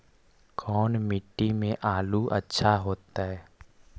कोन मट्टी में आलु अच्छा होतै?